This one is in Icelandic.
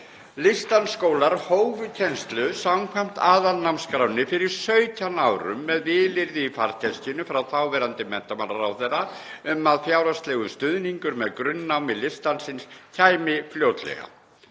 Listdansskólar hófu kennslu samkvæmt aðalnámskránni fyrir 17 árum með vilyrði í farteskinu frá þáverandi menntamálaráðherra um að fjárhagslegur stuðningur með grunnnámi listdansins kæmi fljótlega.